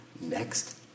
next